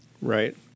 right